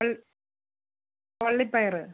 അല്ല വള്ളിപ്പയറ്